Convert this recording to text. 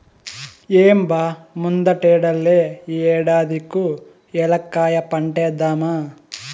ఏం బా ముందటేడల్లే ఈ ఏడాది కూ ఏలక్కాయ పంటేద్దామా